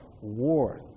war